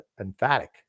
emphatic